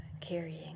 carrying